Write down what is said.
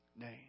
name